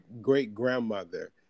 great-grandmother